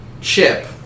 Chip